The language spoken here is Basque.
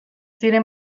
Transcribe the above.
ziren